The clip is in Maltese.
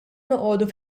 noqogħdu